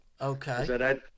Okay